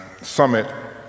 summit